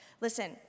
Listen